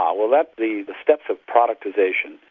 ah ah, well that's the the steps of productisation.